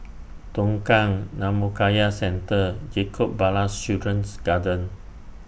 Tongkang Dhammakaya Centre Jacob Ballas Children's Garden